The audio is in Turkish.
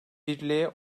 birliğe